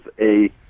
A-